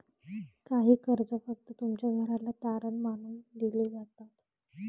काही कर्ज फक्त तुमच्या घराला तारण मानून दिले जातात